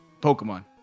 Pokemon